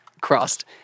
crossed